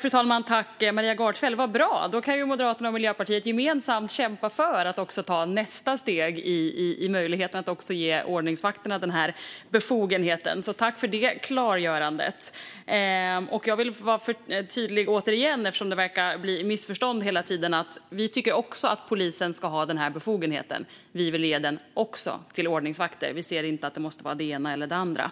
Fru talman! Vad bra! Då kan ju Moderaterna och Miljöpartiet gemensamt kämpa för att också ta nästa steg och ge även ordningsvakterna den här befogenheten. Tack för det klargörandet! Jag vill återigen vara tydlig, eftersom det verkar bli missförstånd hela tiden: Vi tycker också att polisen ska ha den här befogenheten. Vi vill ge den också till ordningsvakter. Vi ser inte att det måste vara det ena eller det andra.